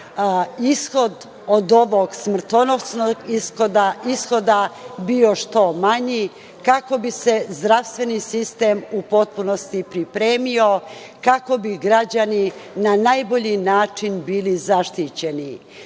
ishod od ovog smrtonosnog ishoda bio što manji, kako bi se zdravstveni sistem u potpunosti pripremio, kako bi građani na najbolji način bili zaštićeni. Pitanje